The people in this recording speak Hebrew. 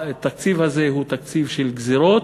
התקציב הזה הוא תקציב של גזירות.